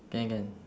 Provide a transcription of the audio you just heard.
can can